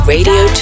Radio